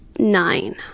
Nine